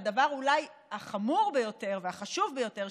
והדבר החמור ביותר והחשוב ביותר,